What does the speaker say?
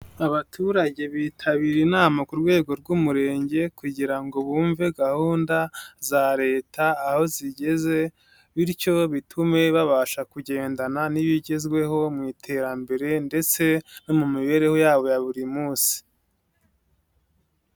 Abaturage bitabiriye inama ku rwego rw'umurenge kugira ngo bumve gahunda, za leta aho zigeze, bityo bitume babasha kugendana n'ibigezweho mu iterambere ndetse, no mu mibereho yabo ya buri munsi.